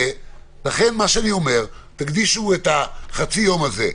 לכן מה שאני אומר: תקדישו את חצי היום הזה,